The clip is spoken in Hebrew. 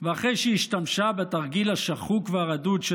ואחרי שהיא השתמשה בתרגיל השחוק והרדוד של